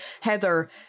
Heather